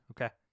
okay